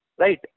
Right